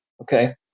Okay